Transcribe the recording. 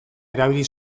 erabili